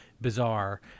bizarre